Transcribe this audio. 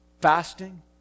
fasting